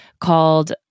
called